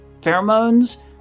pheromones